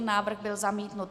Návrh byl zamítnut.